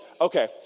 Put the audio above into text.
okay